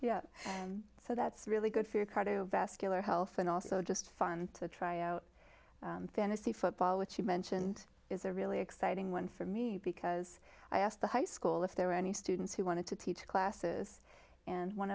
group so that's really good for cardiovascular health and also just fun to try out fantasy football which you mentioned is a really exciting one for me because i asked the high school if there were any students who wanted to teach classes and one